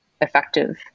effective